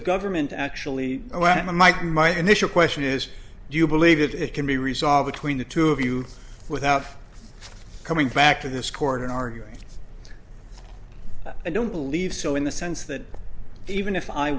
government actually went to mike my initial question is do you believe it can be resolved between the two of you without coming back to this court in arguing i don't believe so in the sense that even if i